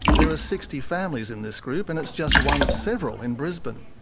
there are sixty families in this group, and it's just one of several in brisbane.